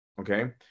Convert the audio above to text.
Okay